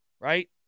right